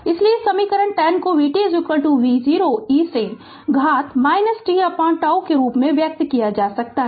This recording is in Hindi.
इसलिए समीकरण 10 को vt v0 e से घात tτ के रूप में व्यक्त किया जा सकता है